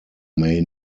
may